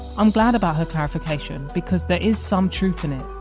i'm glad about her clarification, because there is some truth in it.